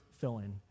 fill-in